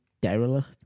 derelict